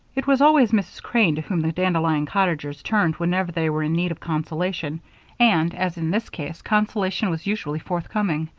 it was always mrs. crane to whom the dandelion cottagers turned whenever they were in need of consolation and, as in this case, consolation was usually forthcoming.